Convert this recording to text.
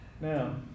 Now